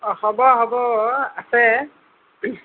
অঁ হ'ব হ'ব আছে